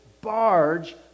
barge